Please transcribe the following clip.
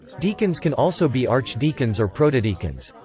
deacons can also be archdeacons or protodeacons.